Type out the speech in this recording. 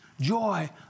joy